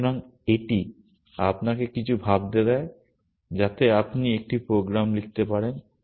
সুতরাং এটি আপনাকে কিছু ভাবতে দেয় যাতে আপনি একটি প্রোগ্রাম লিখতে পারেন